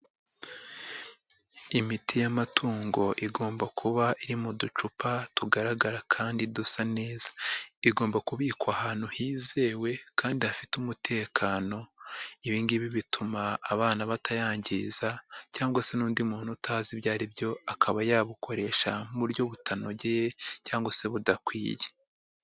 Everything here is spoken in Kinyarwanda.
Imiti y'amatungo igomba kuba iri mu ducupa tugaragara kandi dusa neza, igomba kubikwa ahantu hizewe kandi hafite umutekano, ibingibi bituma abana batayangiza cyangwa se n'undi muntu utazi ibyo aribyo akaba yabukoresha mu buryo butanogeye cyangwa se budakwiye.